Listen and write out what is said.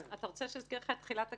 אתה רוצה שאזכיר לך את תחילת הקדנציה?